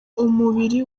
umubiri